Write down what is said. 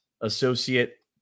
associate